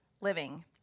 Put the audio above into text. living